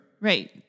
right